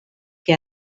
que